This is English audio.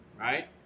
right